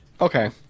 Okay